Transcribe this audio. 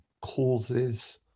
causes